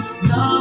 Love